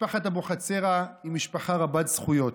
משפחת אבוחצירא היא משפחה רבת-זכויות,